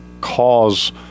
cause